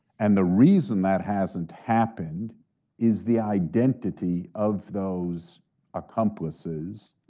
and the reason that hasn't happened is the identity of those accomplices,